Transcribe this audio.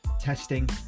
testing